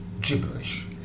gibberish